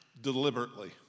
deliberately